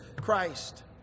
Christ